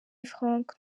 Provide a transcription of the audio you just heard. frank